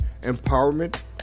empowerment